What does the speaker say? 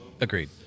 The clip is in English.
Agreed